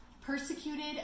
persecuted